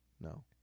No